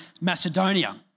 Macedonia